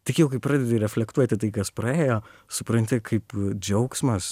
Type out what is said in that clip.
tik jau kai pradedi reflektuoti tai kas praėjo supranti kaip džiaugsmas